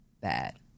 bad